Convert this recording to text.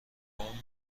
اون